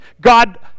God